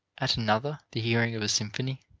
at another the hearing of a symphony